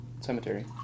cemetery